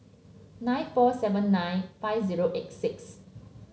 nine four seven nine five zero eight six